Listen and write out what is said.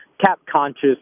Cap-conscious